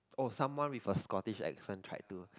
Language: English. or someone with a Scottish accent try to